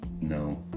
no